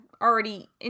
already